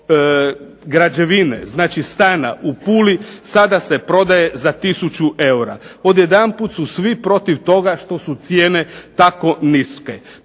recimo građevine, znači stana u Puli sada se prodaje za 1000 eura. Odjedanput su svi protiv toga što su cijene tako niske.